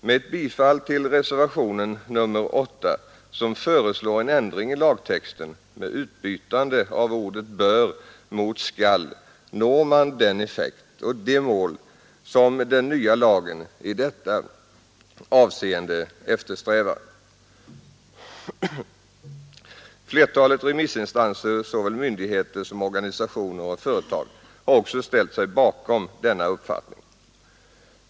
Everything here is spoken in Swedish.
Med ett bifall till reservationen 8, där det föreslås en ändring i lagtexten innebärande utbyte av ordet ”bör” mot ”skall”, når man den effekt och de mål som eftersträvas med den nya lagen i detta avseende. Flertalet remissinstanser, såväl myndigheter som organisationer och företag, har också ställt sig bakom denna uppfattning.